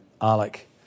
Alec